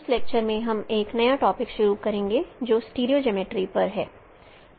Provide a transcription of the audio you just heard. इस लेक्चर में हम एक नया टॉपिक शुरू करेंगे जो स्टीरियो जियोमर्ट्री पर है